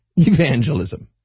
Evangelism